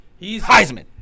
Heisman